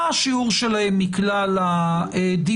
מה השיעור שלהם מכלל הדיונים,